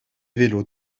vélos